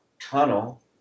tunnel